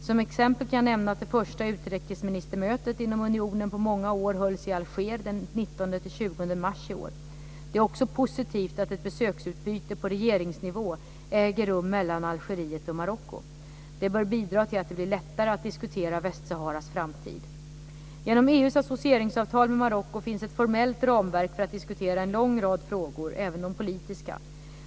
Som exempel kan jag nämna att det första utrikesministermötet inom Maghrebunionen på många år hölls i Alger den 19-20 mars i år. Det är också positivt att ett besöksutbyte på regeringsnivå äger rum mellan Algeriet och Marocko. Detta bör bidra till att det blir lättare att diskutera Västsaharas framtid. Genom EU:s associeringsavtal med Marocko finns ett formellt ramverk för att diskutera en lång rad frågor, även de politiska.